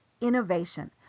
innovation